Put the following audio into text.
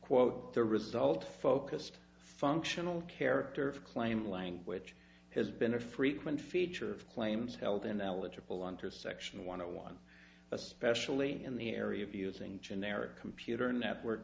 quote the result focused functional character of claim lang which has been a frequent feature of claims held in eligible under section one i want especially in the area of using generic computer network